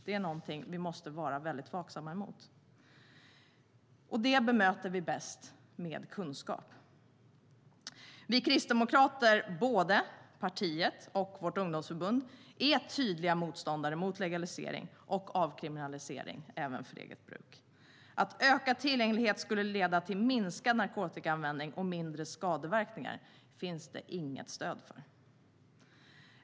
Det är någonting som vi måste vara väldigt vaksamma på, och det bemöter vi bäst med kunskap. Vi kristdemokrater - både partiet och vårt ungdomsförbund - är tydliga motståndare mot legalisering och avkriminalisering även för eget bruk. Att ökad tillgänglighet skulle leda till minskad narkotikaanvändning och mindre skadeverkningar finns det inget stöd för.